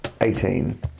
Eighteen